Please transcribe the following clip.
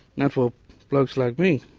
not for blokes like me,